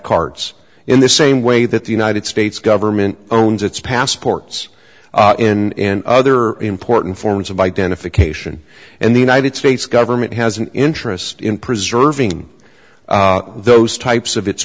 cards in the same way that the united states government owns its passports in other important forms of identification and the united states government has an interest in preserving those types of its